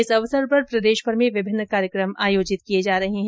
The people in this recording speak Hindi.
इस अवसर पर प्रदेशमर में विभिन्न कार्यकम आयोजित किये जा रहे है